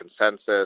consensus